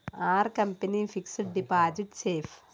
Are company fixed deposit safe?